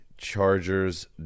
Chargers